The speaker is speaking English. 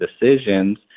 decisions